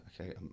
Okay